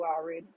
already